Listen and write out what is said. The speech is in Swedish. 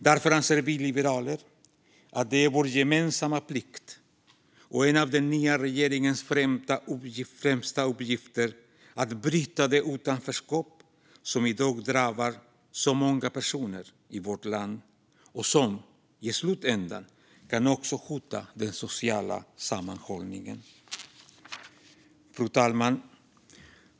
Därför anser vi liberaler att det är vår gemensamma plikt och en av den nya regeringens främsta uppgifter att bryta det utanförskap som i dag drabbar så många personer i vårt land och som i slutändan även kan hota den sociala sammanhållningen. Fru talman!